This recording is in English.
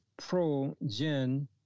progen